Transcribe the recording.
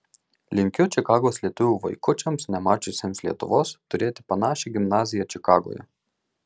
linkiu čikagos lietuvių vaikučiams nemačiusiems lietuvos turėti panašią gimnaziją čikagoje